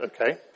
okay